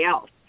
else